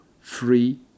free